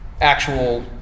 actual